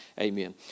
amen